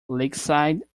lakeside